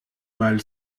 mal